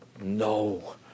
No